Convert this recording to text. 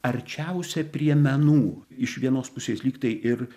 arčiausia prie menų iš vienos pusės lyg tai ir